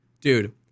dude